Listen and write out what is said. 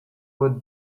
would